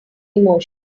emotion